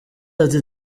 ati